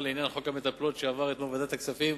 בעניין חוק המטפלות שעבר אתמול בוועדת הכספים.